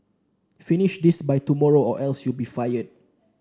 finish this by tomorrow or else you'll be fired